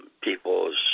people's